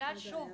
שוב,